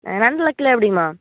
நண்டெலாம் kilo எப்படிம்மா